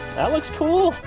that looks cool!